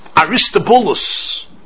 Aristobulus